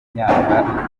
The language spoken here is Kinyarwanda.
imyaka